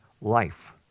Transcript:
life